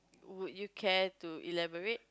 would you care to elaborate